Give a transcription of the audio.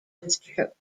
withdrew